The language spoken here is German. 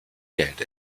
geld